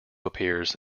appears